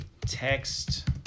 text